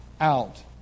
out